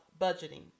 budgeting